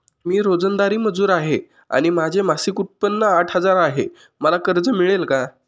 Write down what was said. मी रोजंदारी मजूर आहे आणि माझे मासिक उत्त्पन्न आठ हजार आहे, मला कर्ज मिळेल का?